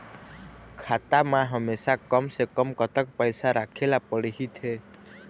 खाता मा हमेशा कम से कम कतक पैसा राखेला पड़ही थे?